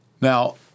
Now